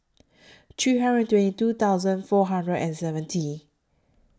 three hundred twenty two thousand four hundred and seventy